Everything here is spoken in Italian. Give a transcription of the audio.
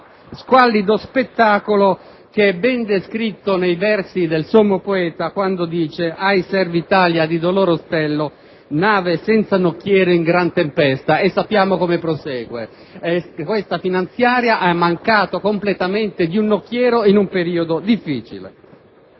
squallido spettacolo che è ben descritto nei versi del sommo poeta quando dice: «Ahi serva Italia, di dolore ostello, nave senza nocchiero in gran tempesta...» (sappiamo tutti come prosegue). Questa manovra finanziaria ha mancato completamente di un nocchiero in un periodo difficile.